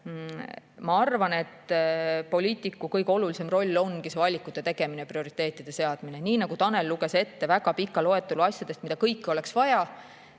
Ma arvan, et poliitiku kõige olulisem roll ongi valikute tegemine, prioriteetide seadmine, nii nagu Tanel luges ette pika loetelu asjadest, mida kõike oleks vaja.